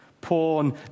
Porn